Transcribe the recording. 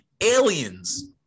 Aliens